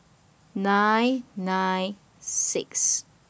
nine nine six